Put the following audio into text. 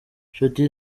jody